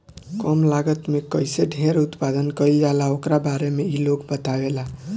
कम लागत में कईसे ढेर उत्पादन कईल जाला ओकरा बारे में इ लोग बतावेला